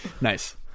Nice